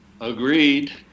Agreed